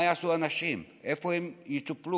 מה יעשו אנשים, איפה הם יטופלו?